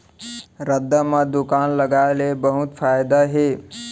रद्दा म दुकान लगाय ले बहुत फायदा हे